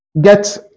get